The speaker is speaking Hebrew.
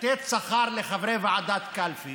לתת שכר לחברי ועדת הקלפי